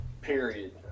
period